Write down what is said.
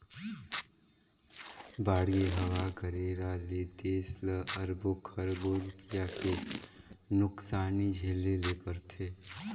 बाड़गे, हवा गरेरा ले देस ल अरबो खरबो रूपिया के नुकसानी झेले ले परथे